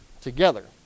together